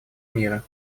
мира